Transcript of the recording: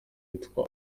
yitwa